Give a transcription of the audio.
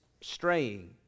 straying